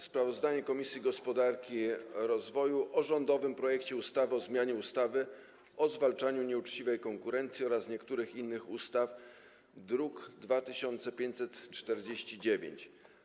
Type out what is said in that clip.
Sprawozdanie Komisji Gospodarki i Rozwoju o rządowym projekcie ustawy o zmianie ustawy o zwalczaniu nieuczciwej konkurencji oraz niektórych innych ustaw, druk nr 2549.